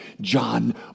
John